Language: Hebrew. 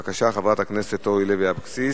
בבקשה, חברת הכנסת אורלי לוי אבקסיס.